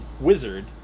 wizard